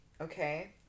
Okay